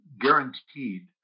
guaranteed